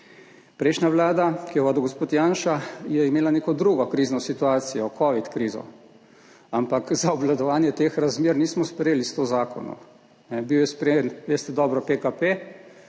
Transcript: Prejšnja Vlada, ki jo je vodil gospod Janša, je imela neko drugo krizno situacijo, kovidno krizo, ampak za obvladovanje teh razmer nismo sprejeli 100 zakonov, bil je sprejet, veste dobro, PKP,